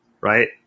right